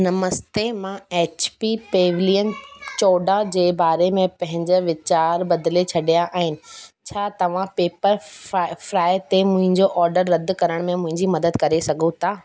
नमस्ते मां H P pavilion चोॾहं जे बारे में पंहिंजा वीचार बदिले छॾिया आहिनि छा तव्हां पेपर फ्राई ते मुंहिंजो ऑडर रद्द करण में मुंहिंजी मदद करे सघो था